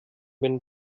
wenn